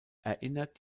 erinnert